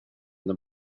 the